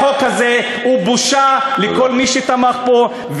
החוק הזה הוא בושה לכל מי שתמך בו,